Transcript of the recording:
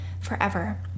forever